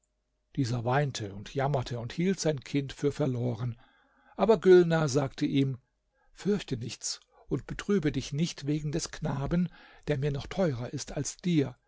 dieser weinte und jammerte und hielt sein kind für verloren aber gülnar sagte ihm fürchte nichts und betrübe dich nicht wegen des knaben der mir noch teurer ist als dir